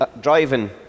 driving